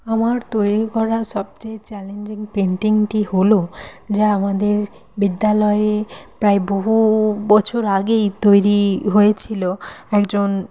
আমার তৈরি করা সবচেয়ে চ্যালেঞ্জিং পেন্টিংটি হলো যা আমাদের বিদ্যালয়ে প্রায় বহু বছর আগেই তৈরি হয়েছিল একজন